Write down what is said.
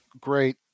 great